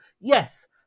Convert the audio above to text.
yes